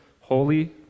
holy